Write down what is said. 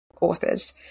authors